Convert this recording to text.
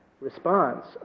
response